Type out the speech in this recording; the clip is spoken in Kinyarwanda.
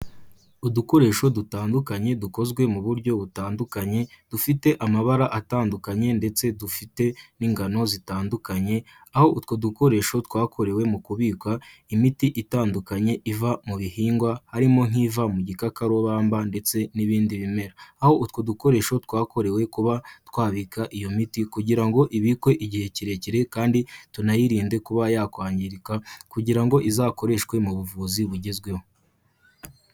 Udukoresho dutandukanye dukozwe mu buryo butandukanye dufite amabara atandukanye ndetse dufite n'ingano zitandukanye, aho utwo dukoresho twakorewe mu kubikwa imiti itandukanye iva mu bihingwa ,harimo nk'iva mu gikakarubamba ndetse n'ibindi bimera. Aho utwo dukoresho twakorewe kuba twabika iyo miti kugira ngo ibikwe igihe kirekire kandi tunayirinde kuba yakwangirika kugira ngo izakoreshwe mu buvuzi bugezweho.